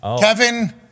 Kevin